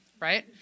right